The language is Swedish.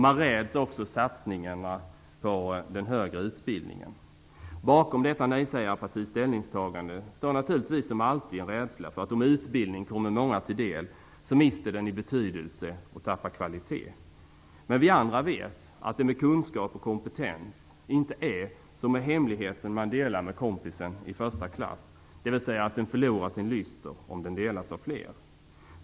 Man räds också satsningarna på den högre utbildningen. Bakom detta nejsägarpartis ställningstagande finns naturligtvis som alltid en rädsla för att om utbildning kommer många till del så mister den i betydelse och tappar kvalitet. Men vi andra vet att det med kunskap och kompetens inte är som med hemligheten som man delar med kompisen i första klass, dvs. att den förlorar sin lyster om den delas av fler.